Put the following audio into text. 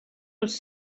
els